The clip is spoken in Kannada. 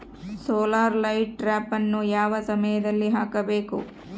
ಸೋಲಾರ್ ಲೈಟ್ ಟ್ರಾಪನ್ನು ಯಾವ ಸಮಯದಲ್ಲಿ ಹಾಕಬೇಕು?